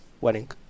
wedding